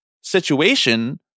situation